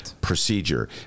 procedure